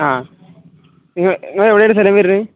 ആ നിങ്ങളുടേത് എവിടെയാണ് സ്ഥലം വരുന്നത്